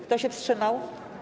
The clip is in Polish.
Kto się wstrzymał?